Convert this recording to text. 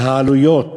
והעלויות